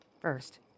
First